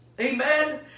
amen